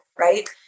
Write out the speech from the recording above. Right